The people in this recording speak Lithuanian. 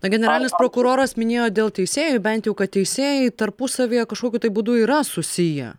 na generalinis prokuroras minėjo dėl teisėjų bent jau kad teisėjai tarpusavyje kažkokiu būdu yra susiję